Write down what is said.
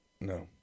no